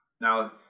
Now